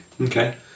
Okay